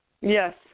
Yes